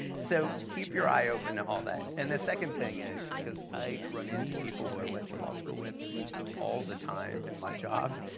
so keep your eye open to all that. and the second thing is because i run into people who i went to law school with all the time in my job,